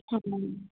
হয়